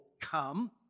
come